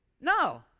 No